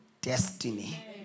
destiny